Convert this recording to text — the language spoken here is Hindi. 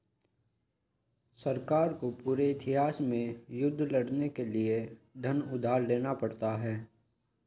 सरकारों को पूरे इतिहास में युद्ध लड़ने के लिए धन उधार लेना पड़ा है